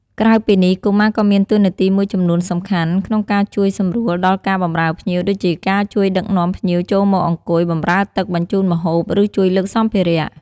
ក្រៅពីនេះ កុមារក៏មានតួនាទីមួយចំនួនសំខាន់ក្នុងការជួយសម្រួលដល់ការបម្រើភ្ញៀវ ដូចជាការជួយដឹកនាំភ្ញៀវចូលមកអង្គុយ បម្រើទឹក បញ្ជូនម្ហូប ឬជួយលើកសម្ភារៈ។